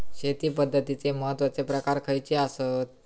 शेती पद्धतीचे महत्वाचे प्रकार खयचे आसत?